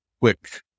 quick